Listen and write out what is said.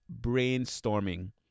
brainstorming